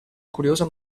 curiosa